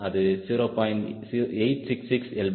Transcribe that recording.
அது 0